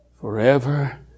forever